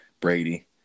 Brady